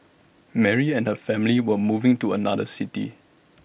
Mary and her family were moving to another city